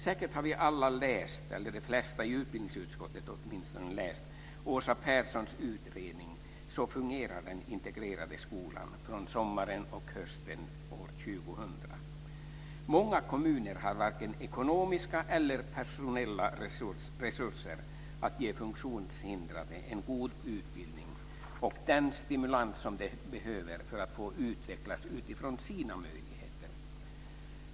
Säkert har vi alla - åtminstone de flesta av oss i utbildningsutskottet - läst Åsa Pehrssons utredning Så fungerar den integrerade skolan från sommaren/hösten 2000. Många kommuner har varken ekonomiska eller personella resurser att ge funktionshindrade en god utbildning och den stimulans som de behöver för att få utvecklas utifrån sina möjligheter.